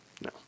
No